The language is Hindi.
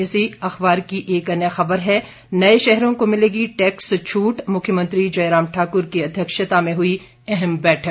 इसी अखबार की एक अन्य खबर है नए शहरों में मिलेगी टैक्स छूट मुख्यमंत्री जयराम ठाक्र की अध्यक्षता में हुई अहम बैठक